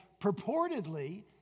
purportedly